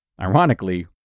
Ironically